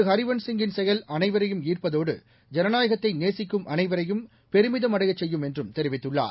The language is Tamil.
ஹரிவன்ஷ் சிங்கின் செயல் அனைவரையும் ஈர்ப்பதோடு ஜனநாயகத்தை நேசிக்கும் அனைவரையும் பெருமிதம் அடையச் செய்யும் என்றும் தெரிவித்துள்ளார்